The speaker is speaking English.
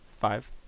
Five